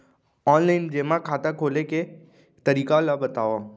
Online जेमा खाता खोले के तरीका ल बतावव?